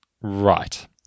Right